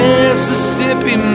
Mississippi